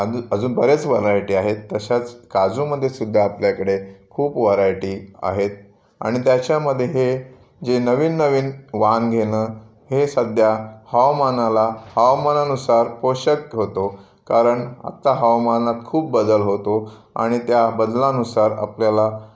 अदु अजून बऱ्याच व्हरायटी आहेत तशाच काजूमध्ये सुद्धा आपल्याकडे खूप व्हरायटी आहेत आणि त्याच्यामध्ये हे जे नवीन नवीन वांग येणं हे सध्या हवामानाला हवामानानुसार पोषक होतो कारण आता हवामानात खूप बदल होतो आणि त्या बदलानुसार आपल्याला